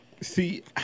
See